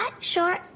short